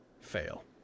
fail